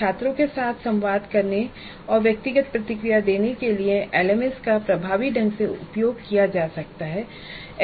छात्रों के साथ संवाद करने और व्यक्तिगत प्रतिक्रिया देने के लिए एलएमएस का प्रभावी ढंग से उपयोग किया जा सकता है